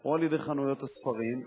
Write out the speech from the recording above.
או על-ידי חנויות הספרים,